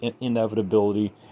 inevitability